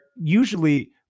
usually